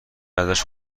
ازش